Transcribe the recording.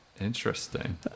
Interesting